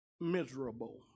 miserable